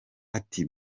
ati